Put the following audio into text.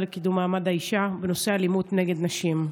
לקידום מעמד האישה בנושא אלימות נגד נשים.